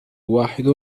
واحد